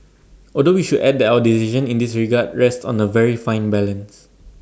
although we should add that our decision in this regard rests on A very fine balance